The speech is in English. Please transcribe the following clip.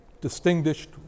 distinguished